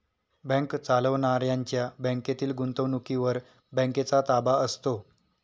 bank चालवणाऱ्यांच्या बँकेतील गुंतवणुकीवर बँकेचा ताबा असतो